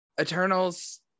eternals